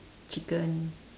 chicken